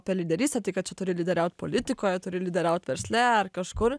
apie lyderystę tai kad čia turi lyderiaut politikoje turi lyderiaut versle ar kažkur